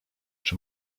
czy